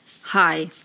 Hi